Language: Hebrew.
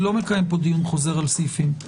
אני לא מקיים דיון חוזר על סעיפים.